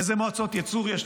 איזה מועצות ייצור יש?